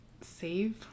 save